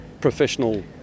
professional